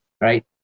right